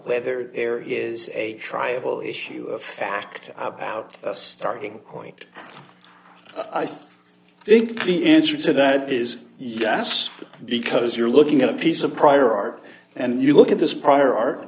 whether there is a triable issue of fact about a starting point i think think the answer to that is yes because you're looking at a piece of prior art and you look at this prior art